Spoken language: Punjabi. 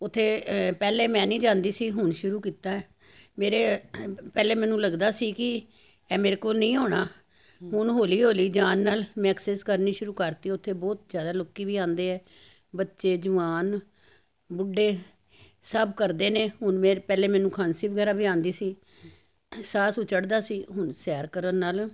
ਓਥੇ ਪਹਿਲੇ ਮੈਂ ਨਹੀਂ ਜਾਂਦੀ ਸੀ ਹੁਣ ਸ਼ੁਰੂ ਕੀਤਾ ਹੈ ਮੇਰੇ ਪਹਿਲੇ ਮੈਨੂੰ ਲੱਗਦਾ ਸੀ ਕਿ ਇਹ ਮੇਰੇ ਕੋਲ ਨਹੀਂ ਹੋਣਾ ਹੁਣ ਹੌਲੀ ਹੌਲੀ ਜਾਣ ਨਾਲ਼ ਮੈਂ ਐਕਸੈਸ ਕਰਨੀ ਸ਼ੁਰੂ ਕਰ ਤੀ ਓਥੇ ਬਹੁਤ ਜ਼ਿਆਦਾ ਲੋਕ ਵੀ ਆਉਂਦੇ ਹੈ ਬੱਚੇ ਜਵਾਨ ਬੁੱਢੇ ਸਭ ਕਰਦੇ ਨੇ ਹੁਣ ਮੇਰ ਪਹਿਲੇ ਮੈਨੂੰ ਖਾਂਸੀ ਵਗੈਰਾ ਵੀ ਆਉਂਦੀ ਸੀ ਸਾਹ ਸੂਹ ਚੜ੍ਹਦਾ ਸੀ ਹੁਣ ਸੈਰ ਕਰਨ ਨਾਲ਼